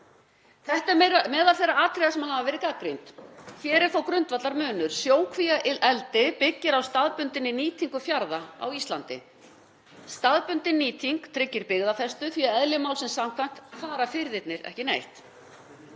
Þetta er meðal þeirra atriða sem hafa verið gagnrýnd. Hér er þó grundvallarmunur. Sjókvíaeldi byggir á staðbundinni nýtingu fjarða á Íslandi. Staðbundin nýting tryggir byggðafestu því eðli málsins samkvæmt fara firðirnir ekki neitt.